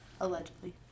Allegedly